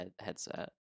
headset